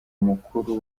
mukuru